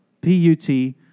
P-U-T